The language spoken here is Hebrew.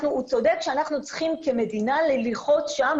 הוא צודק שאנחנו צריכים כמדינה ללחוץ שם,